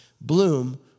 Bloom